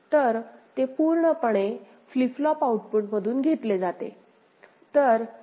तर ते पूर्णपणे फ्लिप फ्लॉप आउटपुटमधून घेतले जाते